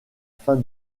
fin